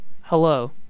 Hello